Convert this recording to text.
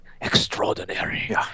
Extraordinary